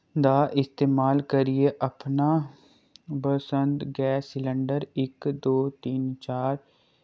दा इस्तेमाल करियै अपना बसंत गैस सिलंडर इक दो तिन्न चार